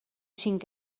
cinc